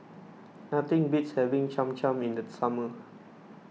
nothing beats having Cham Cham in the summer